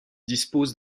dispose